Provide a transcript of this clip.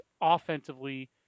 offensively